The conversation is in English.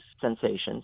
sensations